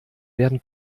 werden